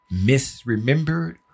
misremembered